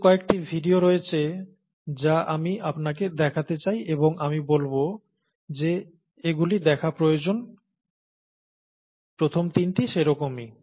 বেশ কয়েকটি ভিডিও রয়েছে যা আমি আপনাকে দেখতে চাই এবং আমি বলব যে এগুলি দেখা প্রয়োজন প্রথম তিনটি সেরকমই